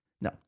No